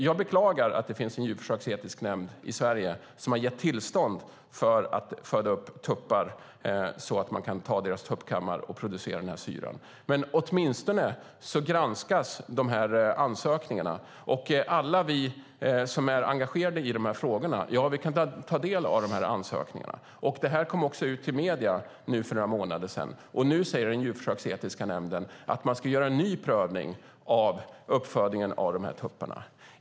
Jag beklagar att det finns en djurförsöksetisk nämnd i Sverige som har gett tillstånd till att föda upp tuppar så att man kan ta deras tuppkammar och producera denna syra, men ansökningarna granskas åtminstone. Alla vi som är engagerade i de här frågorna kan också ta del av ansökningarna. Det här kom också ut i medierna för några månader sedan, och nu säger den djurförsöksetiska nämnden att man ska göra en ny prövning av uppfödningen av dessa tuppar.